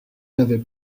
n’avez